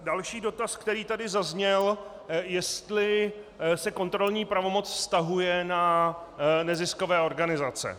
Další dotaz, který tady zazněl, jestli se kontrolní pravomoc vztahuje na neziskové organizace.